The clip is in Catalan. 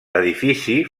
l’edifici